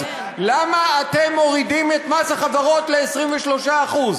למה אתם מורידים את מס החברות ל-23%?